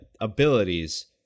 abilities